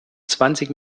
zwanzig